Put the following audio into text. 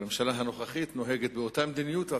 אבל הממשלה הנוכחית נוהגת באותה מדיניות,